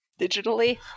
digitally